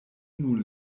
nun